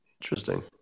Interesting